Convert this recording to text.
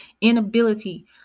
inability